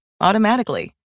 automatically